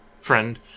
friend